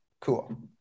Cool